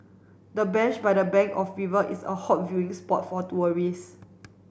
the bench by the bank of river is a hot viewing spot for tourists